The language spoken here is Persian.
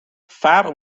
فرق